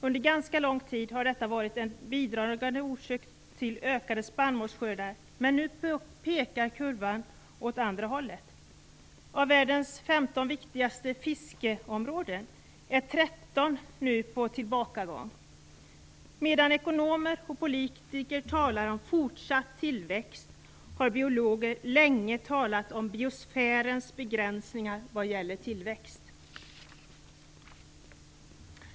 Under ganska lång tid har detta varit en bidragande orsak till ökande spannmålsskördar, men nu pekar kurvan åt det andra hållet. Av världens 15 viktigaste fiskeområden är 13 nu på tillbakagång. Medan ekonomer och politiker talat om fortsatt tillväxt har biologer länge talat om biosfärens begränsningar vad gäller tillväxt.